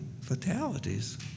fatalities